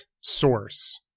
source